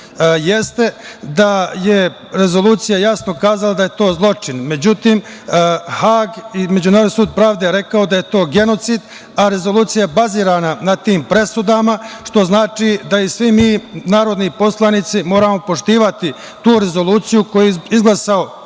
da je rezolucija jasno kazala da je to zločin, međutim, Hag i Međunarodni sud pravde je rekao da je to genocid, a rezolucija bazirana na tim presudama, što znači da i svi mi narodni poslanici moramo poštovati tu rezoluciju koju je izglasao